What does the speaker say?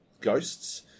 ghosts